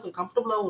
comfortable